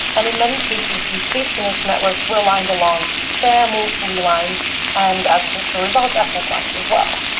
and in many cases these patronage networks were aligned along family lines and as a result ethnic lines as well.